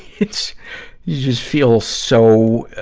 it's, you just feel so, ah,